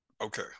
Okay